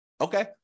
Okay